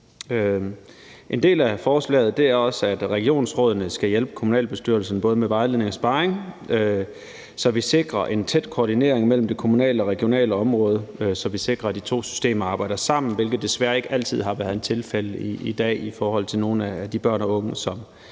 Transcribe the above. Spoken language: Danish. En del af forslaget er også, at regionsrådene skal hjælpe kommunalbestyrelserne med både vejledning og sparring, så vi sikrer en tæt koordinering mellem det kommunale og det regionale område, og så vi sikrer, at de to systemer arbejder sammen, hvilket desværre ikke altid har været tilfældet i dag i forhold til nogle af de børn af unge,